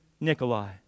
Nikolai